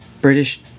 British